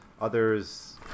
Others